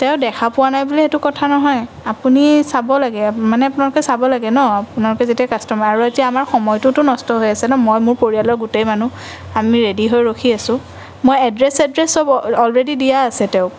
তেওঁ দেখা পোৱা নাই বোলে সেইটো কথা নহয় আপুনি চাব লাগে মানে আপোনালোকে চাব লাগে ন আপোনালোকে যেতিয়া কাষ্টমাৰ আৰু এতিয়া আমাৰ সময়টোতো নষ্ট হৈ আছে ন মই মোৰ পৰিয়ালৰ গোটেই মানুহ আমি ৰেডি হৈ ৰখি আছোঁ বা এড্ৰেছ ছেড্ৰেছ চব অলৰেদি দিয়া আছে তেওঁক